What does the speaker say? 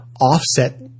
offset